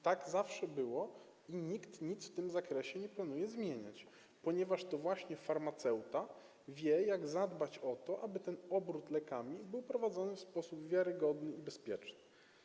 Tak zawsze było i nikt nic w tym zakresie nie planuje zmieniać, ponieważ to właśnie farmaceuta wie, jak zadbać o to, aby obrót lekami był prowadzony w sposób wiarygodny i bezpieczny.